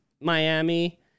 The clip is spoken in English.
Miami